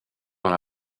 dans